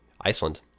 Iceland